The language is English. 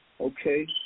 Okay